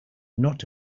not